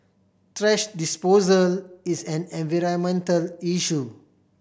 thrash disposal is an environmental issue